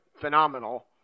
phenomenal